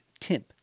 Timp